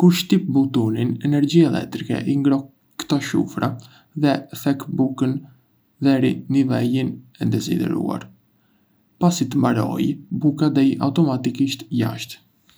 Kur shtyp butonin, energjia elektrike i ngroh ktò shufra dhe thek bukën deri në nivelin e dëshiruar. Pasi të mbarojë, buka del automatikisht jashtë.